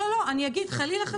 חלילה.